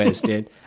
dude